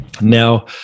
Now